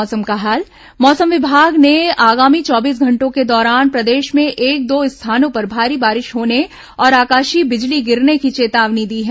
मौसम मौसम विभाग ने आगामी चौबीस घंटों के दौरान प्रदेश में एक दो स्थानों पर भारी बारिश होने और आकाशीय बिजली गिरने की चेतावनी दी है